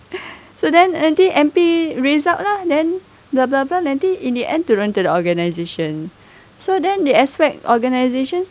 so then anything M_P raise up lah then blah blah blah nanti in the end turun to the organisation so then they expect organisation